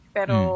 pero